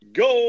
go